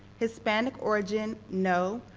hispanic origin, no.